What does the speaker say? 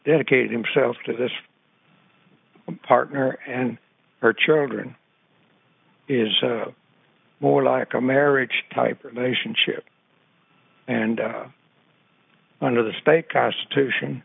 dedicate himself to his partner and her children is more like a marriage type relationship and under the state constitution